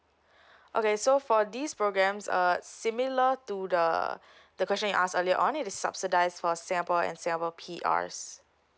okay so for these programs uh similar to the the question you asked earlier only is subsidise for singaporean and singapore P_Rs